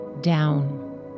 down